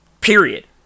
Period